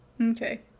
Okay